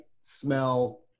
smell